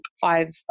five